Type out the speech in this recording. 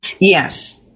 Yes